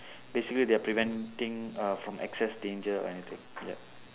basically they are preventing uh from excess danger or anything yup